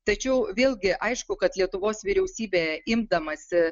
tačiau vėlgi aišku kad lietuvos vyriausybė imdamasi